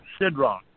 Sidron